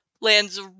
lands